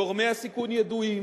גורמי הסיכון ידועים.